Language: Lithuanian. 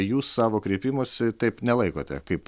jūs savo kreipimosi taip nelaikote kaip